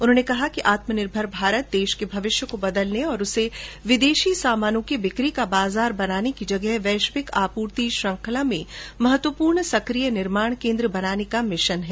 उन्होंने कहा कि आत्मनिर्भर भारत देश के भविष्य को बदलने और उसे विदेशी सामानों की बिकी का बाजार बनाने की जगह वैश्विक आपूर्ति श्रंखला में महत्वपूर्ण सकिय निर्माण केन्द्र बनाने का मिशन हैं